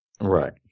Right